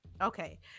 okay